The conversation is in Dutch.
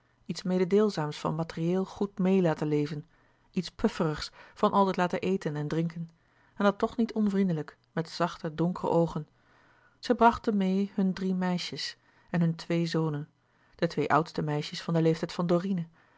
iets mededeelzaams van materieel goed meê laten leven iets pufferigs van altijd laten louis couperus de boeken der kleine zielen eten en drinken en dat toch niet onvriendelijk met zachte donkere oogen zij brachten meê hunne drie meisjes en hunne twee zonen de twee oudste meisjes van den leeftijd van dorine